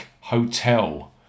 Hotel